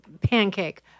pancake